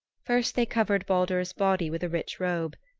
first they covered baldur's body with a rich robe,